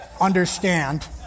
understand